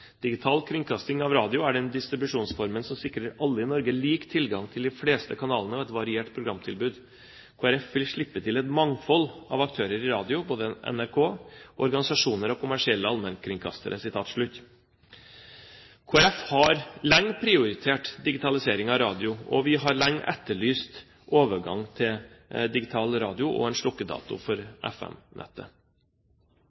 Digital kringkasting av radio er den distribusjonsformen som sikrer alle i Norge lik tilgang til de fleste kanalene og et variert programtilbud. KrF vil slippe til et mangfold av aktører i radio, både NRK, organisasjoner og kommersielle allmennkringkastere.» Kristelig Folkeparti har lenge prioritert digitalisering av radio, og vi har lenge etterlyst overgang til digital radio og en slukkedato for